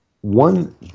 one